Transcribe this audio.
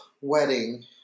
wedding